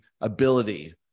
ability